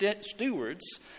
stewards